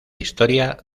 historia